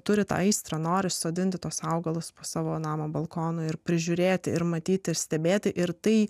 turi tai aistra noras sodinti tuos augalus po savo namo balkono ir prižiūrėti ir matyti stebėti ir tai